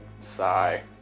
sigh